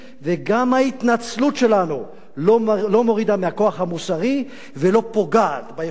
גם ההתנצלות שלנו לא מורידה מהכוח המוסרי ולא פוגעת ביכולת שלנו.